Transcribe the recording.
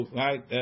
right